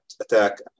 attack